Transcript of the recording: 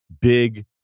big